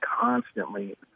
constantly